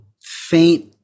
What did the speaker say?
faint